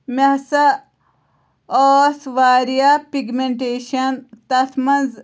مےٚ ہَسا ٲس واریاہ پِگمنٹیشَن تَتھ منٛز